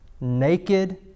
naked